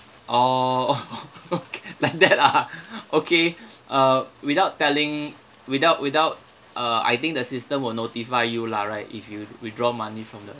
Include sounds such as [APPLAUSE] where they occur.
oh [LAUGHS] okay like that ah okay uh without telling without without uh I think the system will notify you lah right if you withdraw money from the